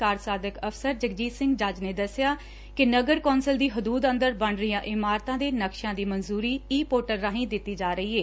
ਕਾਰਜ ਸਾਧਕ ਅਫਸਰ ਜਗਜੀਤ ਸਿੰਘ ਜੱਜ ਨੇ ਦਸਿੱਆ ਕਿ ਨਗਰ ਕੌਂਸਲ ਦੀ ਹਦੁਦ ਅੰਦਰ ਬਣ ਰਹੀਆਂ ਇਮਾਰਤਾ ਦੇ ਨਕਸ਼ਿਆ ਦੀ ਮਨਜੂਰੀ ਈ ਪੋਰਟਲ ਰਾਹੀ ਦਿੱਡੀ ਜਾ ਰਹੀ ਏ